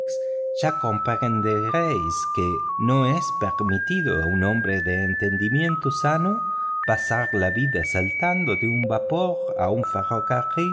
que no es permitido a un hombre de entendimiento sano pasar la vida saltando de un vapor a un